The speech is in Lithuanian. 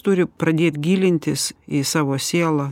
turi pradėt gilintis į savo sielą